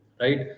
Right